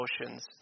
emotions